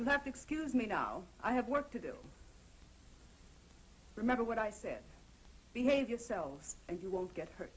you have to excuse me now i have work to do remember what i said behave yourselves and you won't get hurt